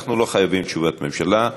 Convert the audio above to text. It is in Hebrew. אנחנו לא חייבים תשובת הממשלה.